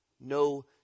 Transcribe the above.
no